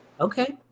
Okay